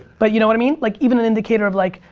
but you know what i mean? like even an indicator of like,